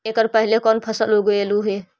एकड़ पहले कौन फसल उगएलू हा?